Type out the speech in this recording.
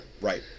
Right